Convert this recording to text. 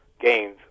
gains